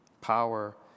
Power